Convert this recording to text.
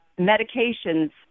medications